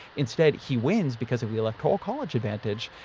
instead, he wins because of the electoral college advantage,